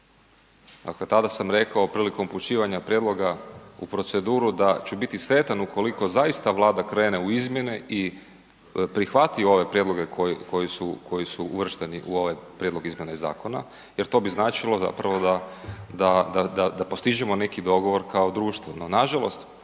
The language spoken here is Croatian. Dakle, tada sam rekao prilikom upućivanja prijedloga u proceduru da ću biti sretan ukoliko zaista Vlada krene u izmjene i prihvati ove prijedloge koji su uvršteni u ovaj prijedlog izmjene zakona jer to bi značilo, prvo da postižemo neki dogovor kao društvo.